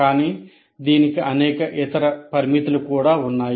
కానీ దీనికి అనేక ఇతర పరిమితులు కూడా ఉన్నాయి